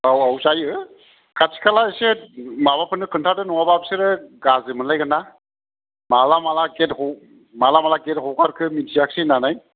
औ औ जायो खाथि खाला एसे माबाफोरनो खोन्थादो नङाबा फिसोरो गाज्रि मोनलायगोनना माला माला गेटह' माला माला गेट हगारखो मिथियासै होननानै